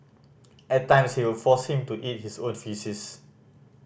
at times you would force him to eat his own faces